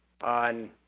on